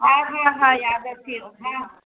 हा हा हा यादि अची वियो हा